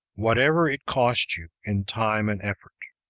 whatever it cost you in time and effort.